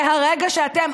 מהרגע שאתם,